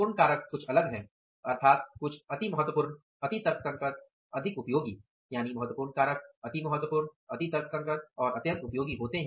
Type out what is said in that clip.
महत्वपूर्ण कारक कुछ अलग हैं अर्थात कुछ अति महत्वपूर्ण अति तर्कसंगत अत्यंत उपयोगी